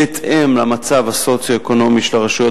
בהתאם למצב הסוציו-אקונומי של הרשויות